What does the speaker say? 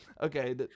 Okay